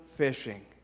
fishing